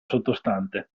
sottostante